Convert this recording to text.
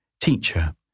Teacher